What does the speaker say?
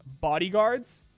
bodyguards